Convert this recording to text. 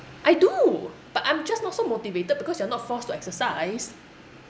I do but I'm just not so motivated because you are not forced to exercise